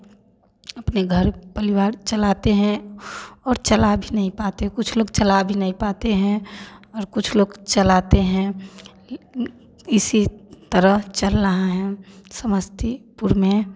अपने घर परिवार चलाते हैं और चला भी नहीं पाते कुछ लोग चला भी नहीं पाते हैं और कुछ लोग चलाते हैं इसी तरह चल रहा हैं समस्तीपुर में